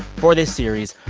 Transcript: for this series,